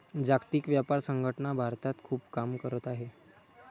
जागतिक व्यापार संघटना भारतात खूप काम करत आहे